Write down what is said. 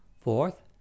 Fourth